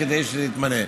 כדי שיתמנה.